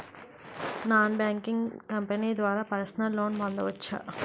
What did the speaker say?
Non banking company ద్వారా personal loan పొందవచ్చా?